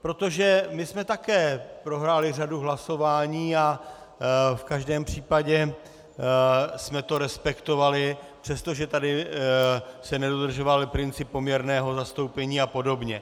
Protože my jsme také prohráli řadu hlasování a v každém případě jsme to respektovali, přestože se tady nedodržoval princip poměrného zastoupení a podobně.